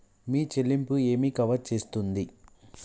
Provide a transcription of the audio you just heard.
మీ చెల్లింపు ఏమి కవర్ చేస్తుంది?